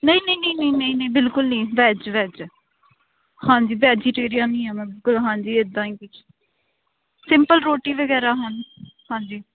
ਨਹੀਂ ਨਹੀਂ ਨਹੀਂ ਨਹੀਂ ਨਹੀਂ ਬਿਲਕੁਲ ਨਹੀਂ ਵੈੱਜ ਵੈੱਜ ਹਾਂਜੀ ਵੈਜੀਟੇਰੀਅਨ ਹੀ ਹਾਂ ਮੈਂ ਹਾਂਜੀ ਇੱਦਾਂ ਹੀ ਕੁਛ ਸਿੰਪਲ ਰੋਟੀ ਵਗੈਰਾ ਹਾਂ ਹਾਂਜੀ